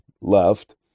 left